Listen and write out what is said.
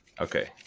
Okay